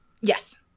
yes